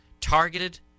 targeted